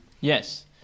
Yes